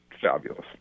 fabulous